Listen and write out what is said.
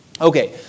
Okay